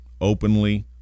openly